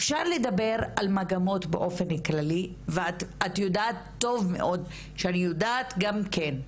אפשר לדבר על מגמות באופן כללי ואת יודעת טוב מאוד שאני יודעת גם כן,